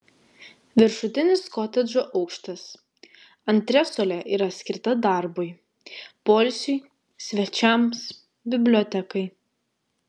viršutinis kotedžo aukštas antresolė yra skirta darbui poilsiui svečiams bibliotekai